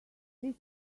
this